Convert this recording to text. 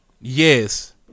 Yes